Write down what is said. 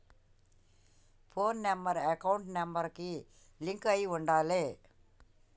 పోను number account number కి link అయ్యి ఉండాలే